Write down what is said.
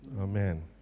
Amen